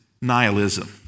nihilism